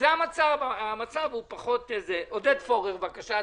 חבר הכנסת פורר, בבקשה.